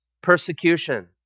persecution